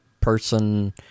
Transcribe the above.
person